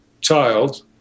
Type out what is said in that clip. child